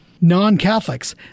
non-catholics